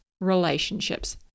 relationships